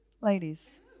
ladies